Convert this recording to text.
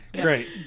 Great